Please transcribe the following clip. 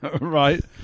Right